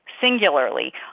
singularly